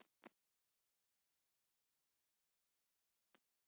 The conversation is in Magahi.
अनार के अंदर होवे वाला कीट के कैसे दूर करना है?